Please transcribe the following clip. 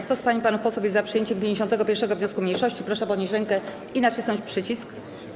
Kto z pań i panów posłów jest za przyjęciem 51. wniosku mniejszości, proszę podnieść rękę i nacisnąć przycisk.